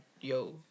yo